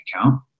account